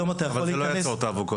זה לא יעצור את האבוקות.